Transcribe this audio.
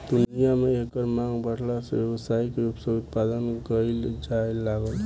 दुनिया में एकर मांग बाढ़ला से व्यावसायिक रूप से उत्पदान कईल जाए लागल